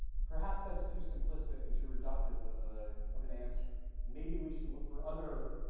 perhaps that's too simplistic and too reductive of ah of an answer and maybe we should look for other